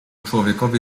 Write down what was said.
człowiekowi